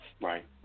right